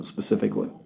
specifically